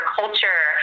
culture